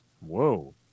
Whoa